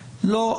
לא,